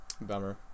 Bummer